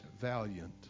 valiant